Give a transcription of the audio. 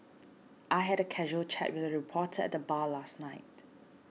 I had a casual chat with a reporter at the bar last night